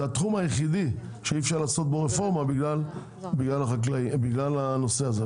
זה התחום היחידי שאי אפשר לעשות בו רפורמות בגלל הנושא הזה,